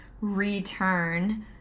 return